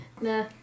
Nah